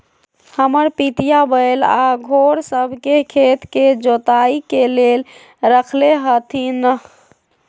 हमर पितिया बैल आऽ घोड़ सभ के खेत के जोताइ के लेल रखले हथिन्ह